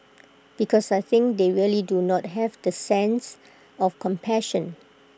because I think they really do not have that sense of compassion